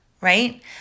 right